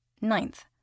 Ninth